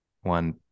one